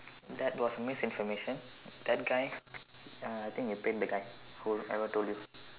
that was misinformation that guy uh I think you paid the guy whoever told you